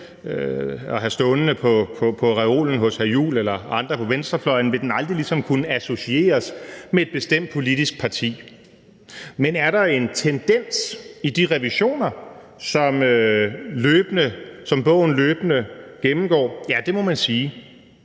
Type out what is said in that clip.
at have stående på reolen hos hr. Christian Juhl eller andre på venstrefløjen, at kunne associeres med et bestemt politisk parti. Men er der en tendens i de revisioner, som bogen løbende gennemgår? Ja, det må man sige.